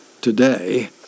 today